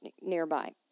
nearby